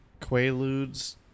Quaaludes